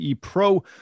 Pro